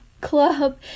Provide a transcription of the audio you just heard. Club